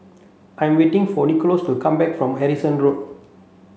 I'm waiting for Nikolas to come back from Harrison Road